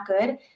good